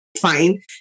fine